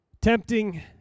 tempting